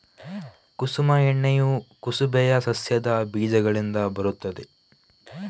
ಕುಸುಮ ಎಣ್ಣೆಯು ಕುಸುಬೆಯ ಸಸ್ಯದ ಬೀಜಗಳಿಂದ ಬರುತ್ತದೆ